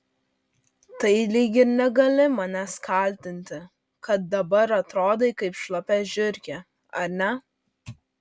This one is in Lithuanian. tai lyg ir negali manęs kaltinti kad dabar atrodai kaip šlapia žiurkė ar ne